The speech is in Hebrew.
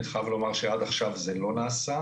אני חייב לומר שעד עכשיו זה לא נעשה.